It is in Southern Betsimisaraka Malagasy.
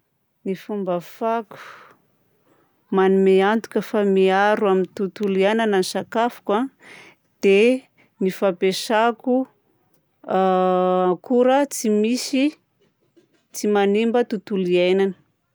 Ny fomba ahafahako manome antoka fa miaro amin'ny tontolo iainana ny sakafoko a dia ny fampiasako akora tsy misy tsy manimba tontolo iainana.